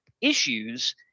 issues